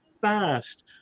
fast